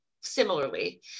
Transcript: similarly